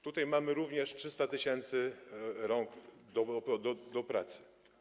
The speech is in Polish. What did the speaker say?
Tutaj mamy również 300 tys. rąk do pracy.